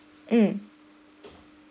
mm